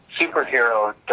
superhero